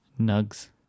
Nugs